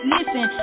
Listen